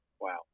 Wow